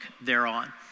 thereon